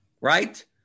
right